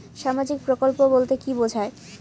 সামাজিক প্রকল্প বলতে কি বোঝায়?